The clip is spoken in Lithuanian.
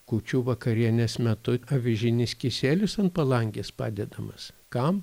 kūčių vakarienės metu avižinis kisielius ant palangės padedamas kam